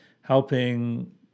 helping